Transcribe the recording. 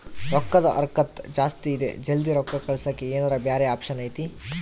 ರೊಕ್ಕದ ಹರಕತ್ತ ಜಾಸ್ತಿ ಇದೆ ಜಲ್ದಿ ರೊಕ್ಕ ಕಳಸಕ್ಕೆ ಏನಾರ ಬ್ಯಾರೆ ಆಪ್ಷನ್ ಐತಿ?